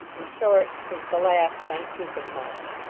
in short, since the last nineteenth of march